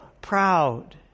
proud